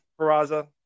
Peraza